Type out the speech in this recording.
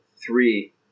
three